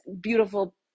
beautiful